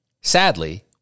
Sadly